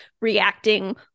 reacting